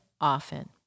often